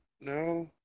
no